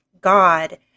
God